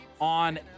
on